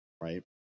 Right